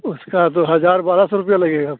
उसका तो हज़ार बारह सौ रुपया लगेगा आपको